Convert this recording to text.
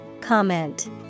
Comment